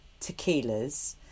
tequilas